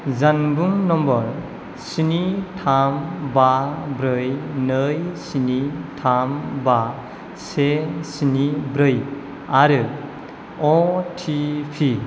जानबुं नम्बर स्नि थाम बा ब्रै नै स्नि थाम बा से स्नि ब्रै आरो अटिपि